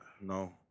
No